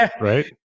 right